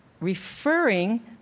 referring